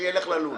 שילך ללול.